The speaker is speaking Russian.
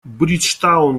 бриджтаун